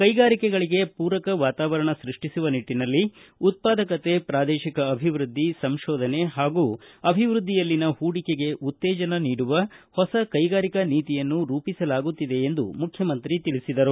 ಕೈಗಾರಿಕೆಗಳಿಗೆ ಪೂರ್ಣ ವಾತಾವರಣ ಸೃಷ್ಟಿಸುವ ನಿಟ್ಟನಲ್ಲಿ ಉತ್ಪಾದಕತೆ ಪ್ರಾದೇಶಿಕ ಅಭಿವೃದ್ದಿ ಸಂಶೋಧನೆ ಹಾಗೂ ಅಭಿವೃದ್ಧಿಯಲ್ಲಿನ ಹೂಡಿಕೆಗೆ ಉತ್ತೇಜನ ನೀಡುವ ಹೊಸ ಕೈಗಾರಿಕಾ ನೀತಿಯನ್ನು ರೂಪಿಸಲಾಗುತ್ತಿದೆ ಎಂದು ಮುಖ್ಯಮಂತ್ರಿ ತಿಳಿಸಿದರು